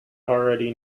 already